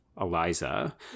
Eliza